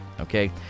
okay